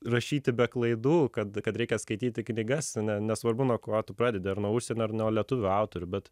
rašyti be klaidų kad kad reikia skaityti knygas nesvarbu nuo ko tu pradedi ar nuo užsienio ar nuo lietuvių autorių bet